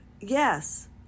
yes